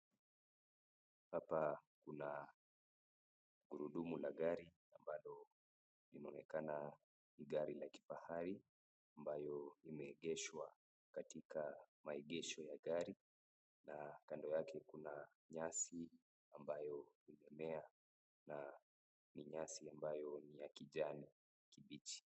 Hapa kuna gurudumu la gari ambalo linaonekana ni gari la kifahari ambayo imeegeshwa katika maegesho ya gari na kando yake kuna nyasi ambayo imemea na ni nyasi ambayo ni ya kijani kibichi.